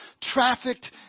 trafficked